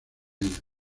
ella